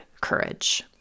courage